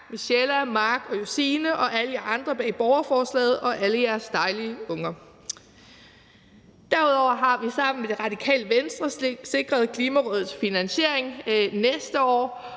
Michella, Mark og Josephine og alle jer andre bag borgerforslaget og alle jeres dejlige unger. Derudover har vi sammen med Radikale Venstre sikret Klimarådets finansiering næste år,